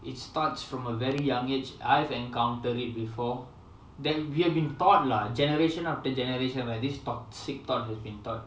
it starts from a very young age I've encounter it before that we've been thought lah generation after generation where this toxic thought has been thought